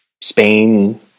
Spain